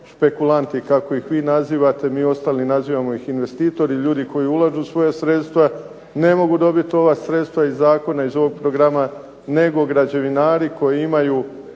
špekulanti kako ih vi nazivate, mi ostali ih nazivamo investitori ljudi koji ulažu svoja sredstva, ne mogu dobiti ova sredstva iz Zakona iz ovog programa, nego građevinari koji imaju